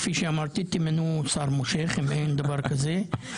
כפי שאמרתי: תמנו שר מושך אם אין דבר כזה.